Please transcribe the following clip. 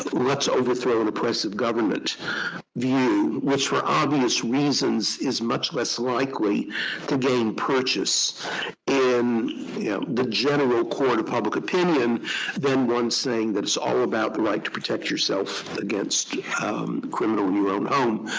let's overthrow an oppressive government view, which for obvious reasons is much less likely to gain purchase in yeah the general court of public opinion than one saying that it's all about the right to protect yourself against a criminal in your own home.